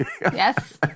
Yes